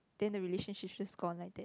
then the relationship just gone like that